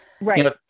right